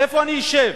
איפה אני אשב,